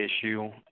issue